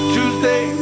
Tuesday